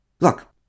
Look